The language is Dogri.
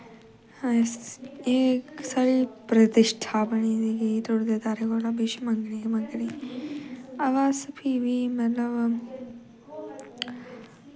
एह् साढ़ी प्रतिष्ठा बनी दी के टुटदे तारें कोला बिश मंगनी गै मंगनी अवा अस फ्ही बी मतलव